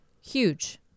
huge